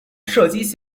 射击